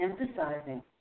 emphasizing